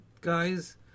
guys